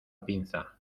pinza